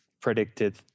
predicted